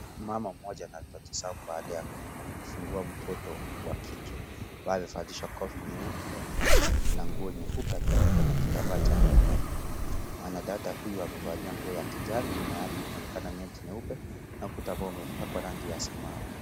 Mama mmoja anatabasamu baadha ya kujifungua mtoto wa kike ambaye amevalizwa kofia nyeupe na nguo nyeupe akifunikwa na kitambaa cha (cs) pinki(cs) mwanadada huyu amevalia nguo ya kijani nyuma yake kunaonekana neti nyeupe na ukuta ambao umepakwa rangi ya samawi.